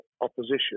opposition